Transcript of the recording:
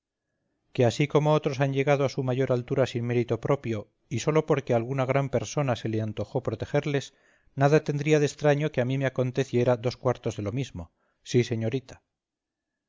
que así como otros han llegado a su mayor altura sin mérito propio y sólo porque a alguna gran persona se le antojó protegerles nada tendría de extraño que a mí me aconteciera dos cuartos de lo mismo sí señorita